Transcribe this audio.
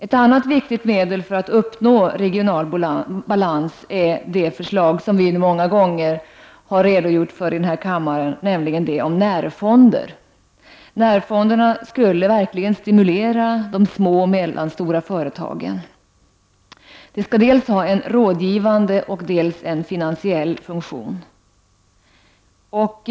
Ett annat viktigt medel för att uppnå regional balans är det förslag som vi många gånger redogjort för i denna kammare, nämligen om närfonder. Dessa skulle verkligen stimulera de små och medelstora företagen. De skall dels ha en rådgivande, dels en finansiell funktion.